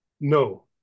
No